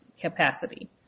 capacity